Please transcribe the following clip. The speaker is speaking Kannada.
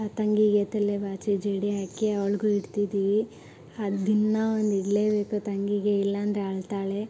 ತಂಗಿಗೆ ತಲೆ ಬಾಚಿ ಜಡೆ ಹಾಕಿ ಅವ್ಳಿಗೂ ಇಡುತಿದ್ವಿ ದಿನಾ ಒಂದು ಇಡಲೇ ಬೇಕು ತಂಗಿಗೆ ಇಲ್ಲ ಅಂದರೆ ಅಳುತ್ತಾಳೆ